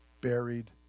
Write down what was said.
buried